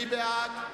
מי בעד?